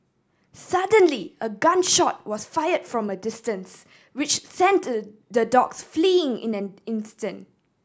suddenly a gun shot was fired from a distance which sent the dogs fleeing in an instant